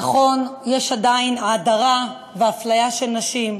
נכון, יש עדיין הדרה ואפליה של נשים,